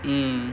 mm